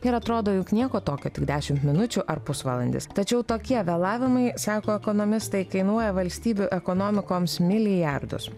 ir atrodo juk nieko tokio tik dešimt minučių ar pusvalandis tačiau tokie vėlavimai sako ekonomistai kainuoja valstybių ekonomikoms milijardus